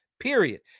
period